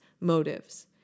motives